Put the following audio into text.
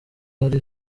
hari